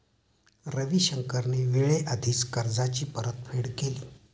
रविशंकरने वेळेआधीच कर्जाची परतफेड केली